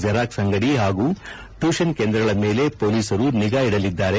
xerox ಅಂಗಡಿ ಹಾಗೂ tuition ಕೇಂದ್ರಗಳ ಮೇಲೆ ಪೊಅೕಸರು ನಿಗಾ ಭುಡಅದ್ದಾರೆ